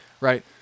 right